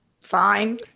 fine